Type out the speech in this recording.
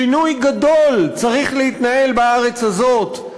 שינוי גדול צריך להתנהל בארץ הזאת,